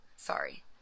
Sorry